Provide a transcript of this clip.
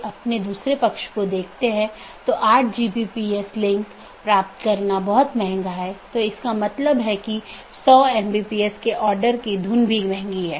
और जैसा कि हम समझते हैं कि नीति हो सकती है क्योंकि ये सभी पाथ वेक्टर हैं इसलिए मैं नीति को परिभाषित कर सकता हूं कि कौन पारगमन कि तरह काम करे